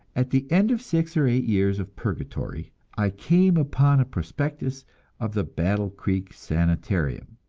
at the end of six or eight years of purgatory, i came upon a prospectus of the battle creek sanitarium.